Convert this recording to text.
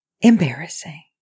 embarrassing